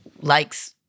likes